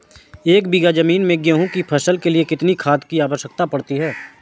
एक बीघा ज़मीन में गेहूँ की फसल के लिए कितनी खाद की आवश्यकता पड़ती है?